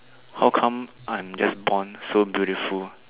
how come I'm just born so beautiful